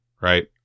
right